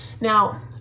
Now